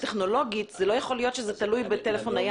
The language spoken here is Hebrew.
טכנולוגית לא יכול להיות שזה תלוי בטלפון נייח.